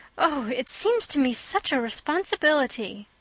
oh, it seems to me such a responsibility!